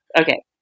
Okay